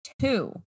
two